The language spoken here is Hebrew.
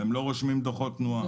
הם לא רושמים דוחות תנועה.